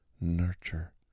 nurture